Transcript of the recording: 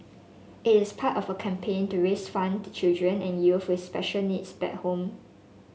it is part of a campaign to raise fund to children and youth with special needs back home